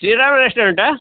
Shriram ರೆಸ್ಟೋರೆಂಟಾ